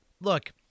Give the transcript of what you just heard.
Look